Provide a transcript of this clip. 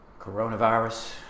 Coronavirus